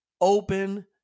open